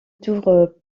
tour